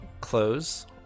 close